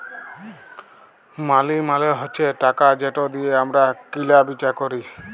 মালি মালে হছে টাকা যেট দিঁয়ে আমরা কিলা বিচা ক্যরি